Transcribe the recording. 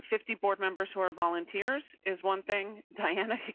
fifty board members who are volunteers is one thing. diana.